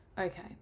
Okay